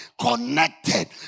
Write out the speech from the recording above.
connected